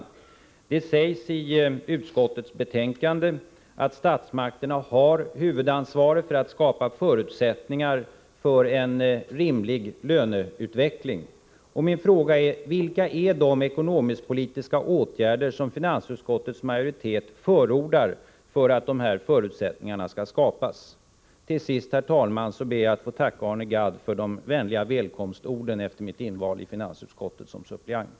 Det sägs i utskottets betänkande att statsmakterna har huvudansvaret för att skapa förutsättningar för en rimlig löneutveckling. Min fråga är alltså: Vilka är de ekonomiskt politiska åtgärder som finansutskottets majoritet förordar för att de här politiken på medellång sikt politiken på medellång sikt förutsättningarna skall skapas? Till sist, herr talman, ber jag att få tacka Arne Gadd för de vänliga välkomstorden efter mitt inval i finansutskottet som suppleant.